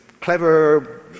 clever